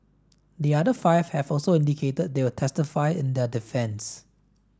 the other five have also indicated they'll testify in their defence